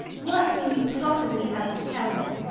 what can you possibly have to tell me?